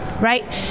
Right